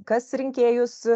kas rinkėjus